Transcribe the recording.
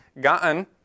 gotten